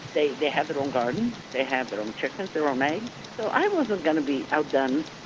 they they have their own garden, they have their own chickens, their own eggs. so i wasn't going to be outdone.